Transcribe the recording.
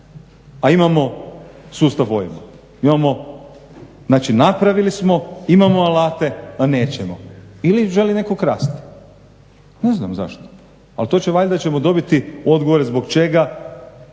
a imamo sustav OIB-a, znači napravili smo, imamo alate a nećemo ili želi netko krasti. Ne znam zašto, al to ćemo valjda dobiti odgovore zbog čega